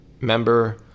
member